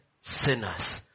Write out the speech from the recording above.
sinners